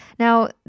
Now